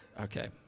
okay